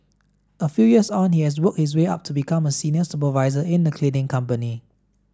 a few years on he has worked his way up to become a senior supervisor in a cleaning company